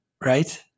right